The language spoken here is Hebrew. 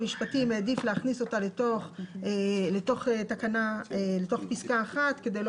העדיף להכניס אותה לתוך פסקה 1 כדי לא